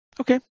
okay